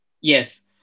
Yes